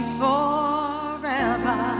forever